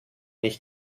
ich